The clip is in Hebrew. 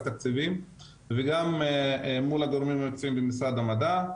תקציבים וגם מול הגורמים הנמצאים במשרד המדע.